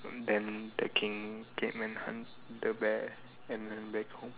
then the king came and hunt the bear and the bear